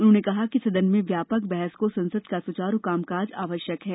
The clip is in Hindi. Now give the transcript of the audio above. उन्होंने कहा कि सदन में व्यापक बहस को संसद का सुचारू कामकाज आवश्यक है